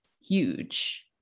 huge